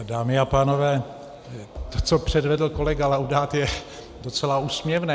Dámy a pánové, to, co předvedl kolega Laudát, je docela úsměvné.